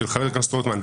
של חבר הכנסת רוטמן,